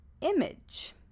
image